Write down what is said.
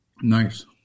Nice